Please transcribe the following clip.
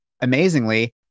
Amazingly